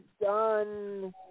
done